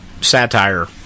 satire